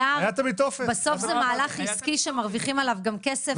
בסוף זה מהלך עסקי שמרוויחים עליו גם כסף.